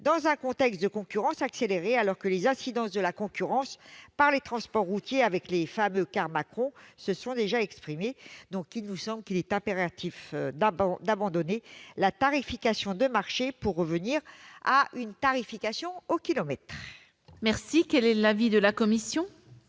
dans un contexte de concurrence accélérée, alors que les incidences de la concurrence par les transports routiers, avec les fameux « cars Macron », se sont déjà exprimées. Dans ce contexte, il nous semble impératif d'abandonner la tarification de marché, pour revenir à une tarification au kilomètre. Quel est l'avis de la commission ?